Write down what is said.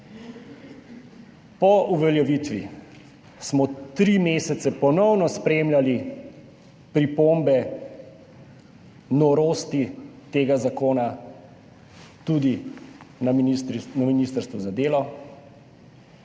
Po uveljavitvi smo tri mesece ponovno spremljali pripombe, norosti tega zakona tudi na ministrstvu za delo.